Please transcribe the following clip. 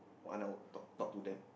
one hour talk talk to them